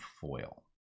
foil